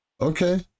Okay